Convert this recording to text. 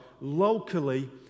locally